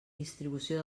distribució